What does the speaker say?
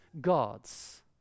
God's